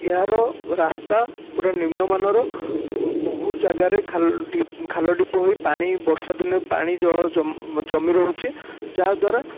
ଏହାର ରାସ୍ତା ପୁରା ନିମ୍ନ ମାନର ବହୁ ଜାଗାରେ ଖାଲ ଢିପ ହୋଇ ପାଣି ବର୍ଷା ଦିନେ ପାଣି ଜଳ ଜମି ରହୁଛି ଯାହାଦ୍ୱାରା